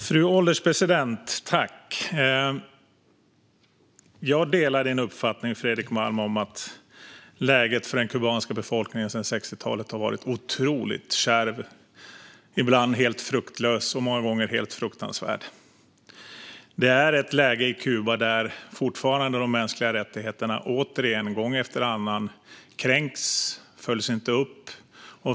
Fru ålderspresident! Jag delar Fredrik Malms uppfattning att läget för den kubanska befolkningen sedan 60-talet har varit otroligt kärvt, ibland helt fruktlöst och många gånger helt fruktansvärt. Läget i Kuba är sådant att de mänskliga rättigheterna fortfarande, återigen, gång efter annan, kränks och följs inte upp.